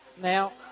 Now